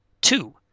Two